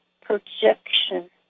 projection